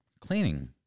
cleaning